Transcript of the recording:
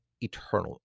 eternal